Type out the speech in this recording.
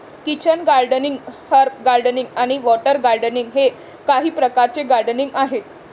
kitchen gardening, herb gardening आणि water gardening हे काही प्रकारचे गार्डनिंग आहेत